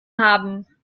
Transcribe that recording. haben